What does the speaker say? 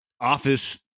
office